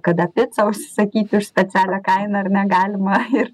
kada picą užsisakyti už specialią kainą ar ne galima ir